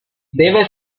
debe